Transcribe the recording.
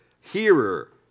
hearer